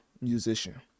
musician